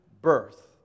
birth